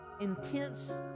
intense